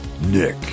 nick